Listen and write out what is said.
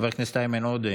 חבר הכנסת איימן עודה,